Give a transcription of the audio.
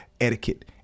etiquette